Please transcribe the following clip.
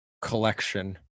collection